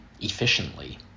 efficiently